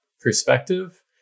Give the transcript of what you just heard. perspective